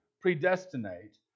predestinate